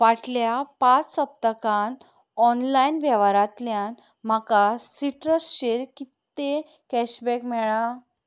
फाटल्यां पांच सप्तकान ऑनलायन वेव्हारांतल्यान म्हाका सिट्रस्शेर कितें कॅशबॅक मेळ्ळां